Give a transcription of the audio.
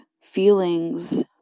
feelings